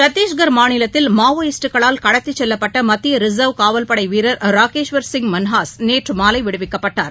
சத்தீஷ்கா் மாநிலத்தில் மாவோயிஸ்ட்களால் கடத்தி செல்லப்பட்ட மத்திய ரிசா்வ் காவல்படை வீரா் ராகேஷ்வர் சிங் மன்ஹாஸ் நேற்று மாலை விடுவிக்கப்பட்டார்